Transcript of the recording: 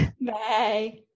Bye